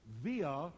via